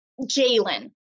Jalen